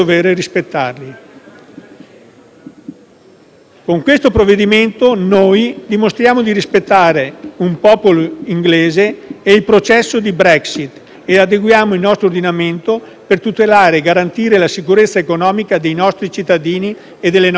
Con questo provvedimento noi dimostriamo di rispettare il popolo inglese e il processo della Brexit e adeguiamo il nostro ordinamento per tutelare e garantire la sicurezza economica dei nostri cittadini e delle nostre imprese.